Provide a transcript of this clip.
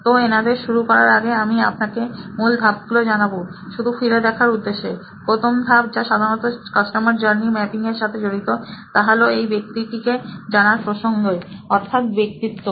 তো এনাদের শুরু করার আগে আমি আপনাকে মুখ্য ধাপগুলো জানাবো শুধু ফিরে দেখার উদ্দেশ্যে প্রথম ধাপ যা সাধারণত কাস্টমার জার্নি ম্যাপিং এর সাথে জড়িত তা হলো এই ব্যক্তিটিকে জানার প্রসঙ্গে অর্থাৎ ব্যক্তিত্ব